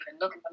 look